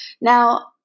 Now